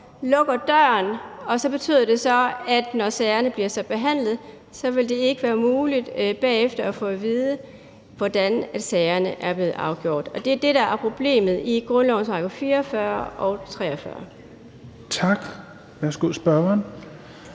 lukker døren, og at det, når sagerne bliver behandlet, så betyder, at det ikke vil være muligt bagefter at få at vide, hvordan sagerne er blevet afgjort. Og det er det, der er problemet i grundlovens § 44 og 43. Kl. 17:58 Fjerde